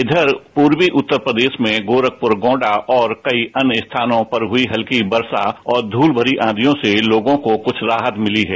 इधर पूर्वी उत्तर प्रदेश में गोरखपुर गोंडा और कई अन्य स्थानों पर हुई हल्की वर्षा और धूल भरी आंधियों से लोगों को कुछ राहत मिली है